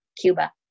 Cuba